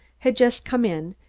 had just come in,